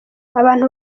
abantu